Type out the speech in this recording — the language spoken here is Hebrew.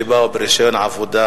כל הפלסטינים שבאו ברשיון עבודה,